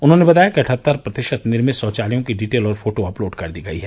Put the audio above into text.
उन्होंने बताया कि अठहत्तर प्रतिशत निर्मित शौचालयों की डिटेल और फोटो अपलोड कर दी गयी है